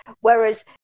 Whereas